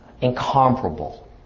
incomparable